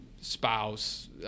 spouse